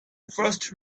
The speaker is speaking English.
first